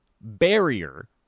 barrier